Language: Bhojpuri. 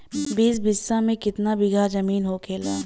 बीस बिस्सा में कितना बिघा जमीन होखेला?